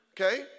Okay